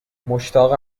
مشتاق